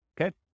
Okay